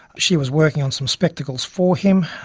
she was working on some spectacles for him,